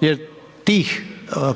jer tih